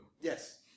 Yes